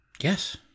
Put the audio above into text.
Yes